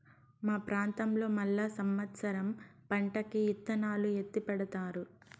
మా ప్రాంతంలో మళ్ళా సమత్సరం పంటకి ఇత్తనాలు ఎత్తిపెడతారు